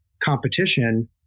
competition